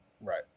Right